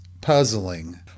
puzzling